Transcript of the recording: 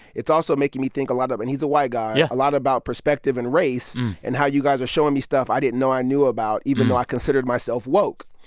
it's also making me think a lot um and he's a white guy. yeah. a lot about perspective and race and how you guys are showing me stuff i didn't know i knew about, even though i considered myself woke.